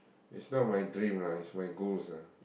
it's not my dream lah it's my goals ah